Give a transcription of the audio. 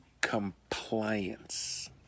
compliance